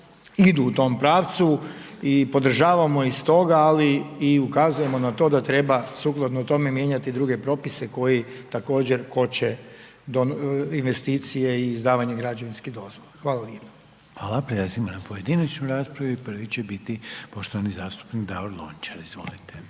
idu u tom pravcu i podržavamo ih stoga, ali i ukazujemo na to da treba sukladno tome mijenjati i druge propise koji također koče investicije i izdavanje građevinske dozvole. Hvala lijepo. **Reiner, Željko (HDZ)** Hvala. Prelazimo na pojedinačnu raspravu, i prvi će biti poštovani zastupnik Davor Lončar. Izvolite.